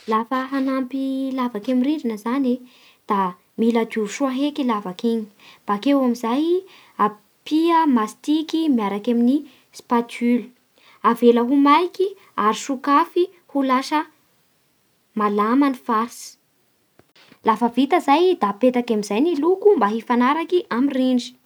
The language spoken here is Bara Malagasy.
Lafa hanampy lavaky amin'ny rindrina zany e da mila diovy soa heky lavaky iny, bakeo amin'izay ampia mastiky miaraky amin'ny stapule, avela ho maiky ary sokafy ho lasa malama ny face. Lafa vita zay da apetaky amin'izay ny loko mba hifanaraky amin'ny rindry.